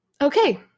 Okay